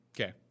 Okay